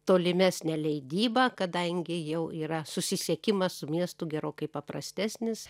tolimesnę leidybą kadangi jau yra susisiekimas su miestu gerokai paprastesnis